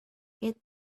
get